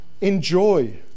enjoy